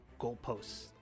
goalposts